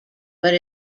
but